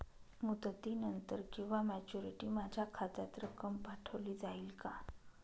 मुदतीनंतर किंवा मॅच्युरिटी माझ्या खात्यात रक्कम पाठवली जाईल का?